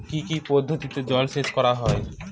কি কি পদ্ধতিতে জলসেচ করা হয়?